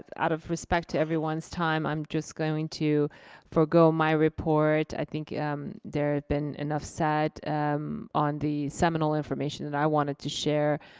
out of respect to everyone's time i'm just going to forego my report. i think there have been enough said on the seminal information that i wanted to share.